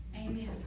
Amen